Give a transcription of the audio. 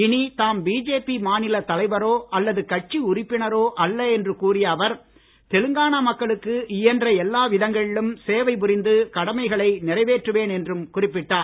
இனி தாம் பிஜேபி மாநிலத் தலைவரோ அல்லது கட்சி உறுப்பினரோ அல்ல என்று கூறிய அவர் தெலுங்கானா மக்களுக்கு இயன்ற எல்லா விதங்களிலும் சேவை புரிந்து கடமைகளை நிறைவேற்றுவேன் என்றும் குறிப்பிட்டார்